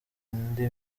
indi